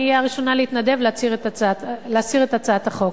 אני אהיה הראשונה להתנדב להסיר את הצעת החוק.